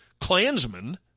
Klansmen